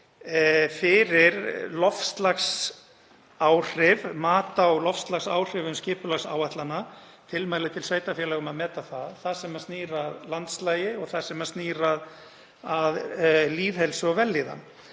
fyrir loftslagsáhrif, mat á loftslagsáhrifum skipulagsáætlana, tilmæli til sveitarfélaga um að meta það, og það sem snýr að landslagi og það sem snýr að lýðheilsu og vellíðan.